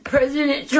President